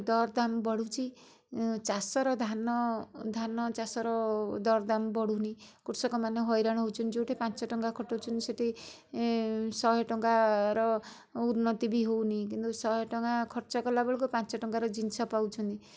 ଦର ଦାମ ବଢ଼ୁଛି ଚାଷର ଧାନ ଧାନ ଚାଷର ଦର ଦାମ ବଢ଼ୁନି କୃଷକମାନେ ହଇରାଣ ହେଉଛନ୍ତି ଯେଉଁଠି ପାଞ୍ଚ ଟଙ୍କା ଖଟାଉଛନ୍ତି ସେଇଠି ଶହେ ଟଙ୍କାର ଉନ୍ନତି ବି ହେଉନି କିନ୍ତୁ ଶହେ ଟଙ୍କା ଖର୍ଚ୍ଚ କଲାବେଳକୁ ପାଞ୍ଚ ଟଙ୍କାର ଜିନିଷ ପାଉଛନ୍ତି